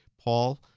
Paul